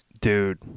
Dude